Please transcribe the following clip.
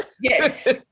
Yes